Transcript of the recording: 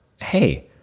hey